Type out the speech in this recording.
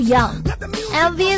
Young